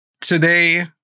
Today